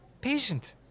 patient